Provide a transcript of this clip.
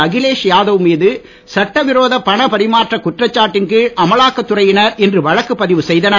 அகிலேஷ் யாதவ் மீது சட்டவிரோத பணப் பரிமாற்ற குற்றச்சாட்டின் கீழ் அமலாக்கத் துறையினர் இன்று வழக்கு பதிவு செய்தனர்